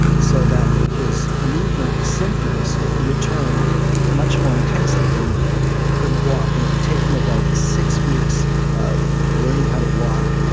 so that his movement symptoms returned much more intensely when he couldn't walk, and it would take him about six weeks of learning how to walk,